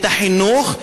את החינוך,